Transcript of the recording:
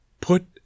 Put